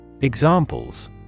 Examples